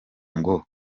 ngo